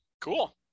cool